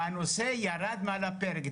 והנושא ירד מהפרק.